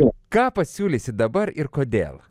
o ką pasiūlysi dabar ir kodėl